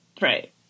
Right